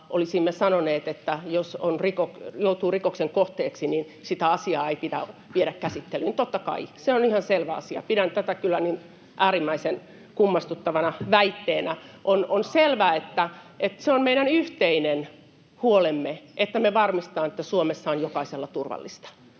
olisimme sanoneet, että jos joutuu rikoksen kohteeksi, niin sitä asiaa ei pidä viedä käsittelyyn. Totta kai, se on ihan selvä asia. Pidän tätä kyllä äärimmäisen kummastuttavana väitteenä. On selvä, että se on meidän yhteinen huolemme, että varmistetaan, että Suomessa on jokaisella turvallista,